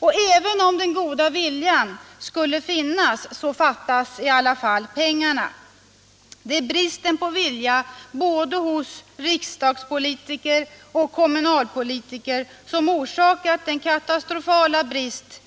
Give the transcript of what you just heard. Och även om den goda viljan skulle finnas, fattas pengarna. Det är bristen på vilja bland både riksdagspolitiker och kommunalpolitiker som har orsakat dagens katastrofala brist